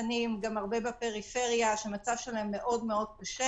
גם הרבה בפריפריה, שהמצב שלהם אוד מאוד קשה